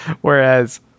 whereas